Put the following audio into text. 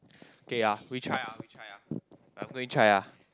okay ah we try ah we try I'm going try ah